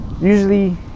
Usually